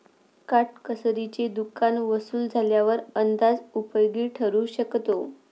काटकसरीचे दुकान वसूल झाल्यावर अंदाज उपयोगी ठरू शकतो